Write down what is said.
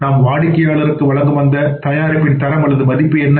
நாம் வாடிக்கையாளருக்கு வழங்கும் அந்த தயாரிப்பின் தரம் அல்லது மதிப்பு என்ன